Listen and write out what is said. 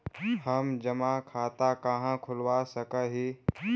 हम जमा खाता कहाँ खुलवा सक ही?